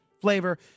flavor